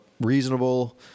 reasonable